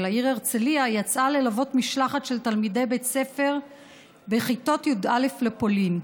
העיר הרצליה יצאה ללוות משלחת של תלמידי בית ספר בכיתות י"א לפולין.